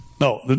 No